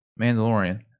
Mandalorian